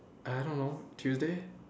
I don't know Tuesday